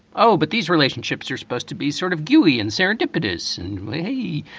oh, but these relationships are supposed to be sort of goofy and serendipitous and we.